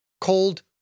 cold